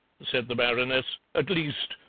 said the baroness at least,